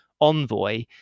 Envoy